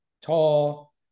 Tall